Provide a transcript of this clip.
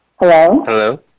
Hello